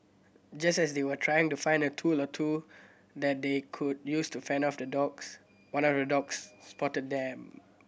just as they were trying to find a tool or two that they could use to fend off the dogs one of the dogs spotted them